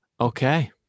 Okay